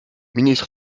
ministre